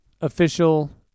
official